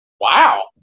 Wow